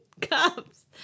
cups